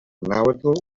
nàhuatl